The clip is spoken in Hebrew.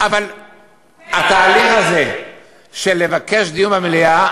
אבל התהליך הזה של לבקש דיון במליאה,